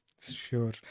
sure